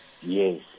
Yes